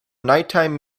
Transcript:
nighttime